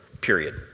Period